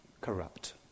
corrupt